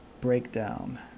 breakdown